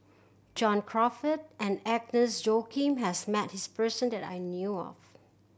John Crawfurd and Agnes Joaquim has met this person that I knew of